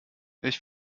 ich